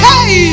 Hey